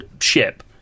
ship